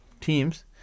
teams